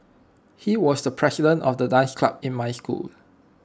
he was the president of the dance club in my school